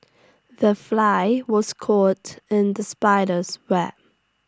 the fly was caught in the spider's web